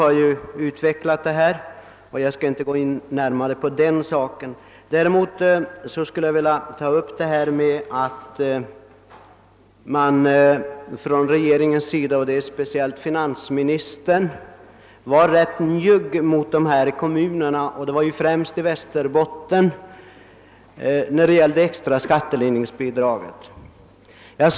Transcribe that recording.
Herr Boo utvecklade denna sak, och jag skall inte gå närmare in på den. Däremot skulle jag vilja ta upp det förhållandet att regeringen och då speciellt finansministern har varit rätt njugg mot dessa kommuner, främst i Västerbotten, när det gällt det extra skattelindringsbidraget.